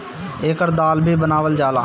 एकर दाल भी बनावल जाला